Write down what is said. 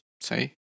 say